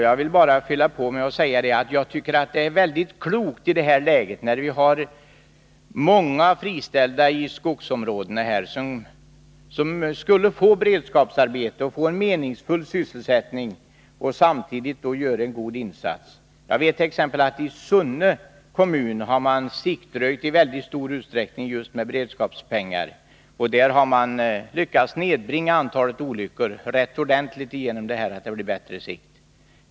Jag vill bara tillägga att jag tycker att detta skulle vara mycket klokt i nuvarande läge, eftersom det finns så många friställda i skogsområdena som skulle kunna få en meningsfull sysselsättning och samtidigt kunna göra en god insats. Jag vet att man i t.ex. Sunne kommun med hjälp av beredskapspengar har siktröjt i mycket stor utsträckning. Där har man också genom att förbättra sikten i hög grad lyckats nedbringa antalet olyckor.